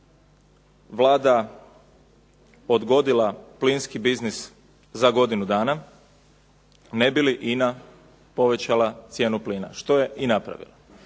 Vlada odgodila plinski biznis za godinu dana ne bi li INA povećala cijenu plina što je i napravila.